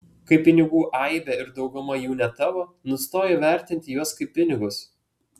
kai pinigų aibė ir dauguma jų ne tavo nustoji vertinti juos kaip pinigus